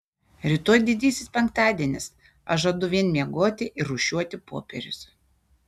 rytoj didysis penktadienis aš žadu vien miegoti ir rūšiuoti popierius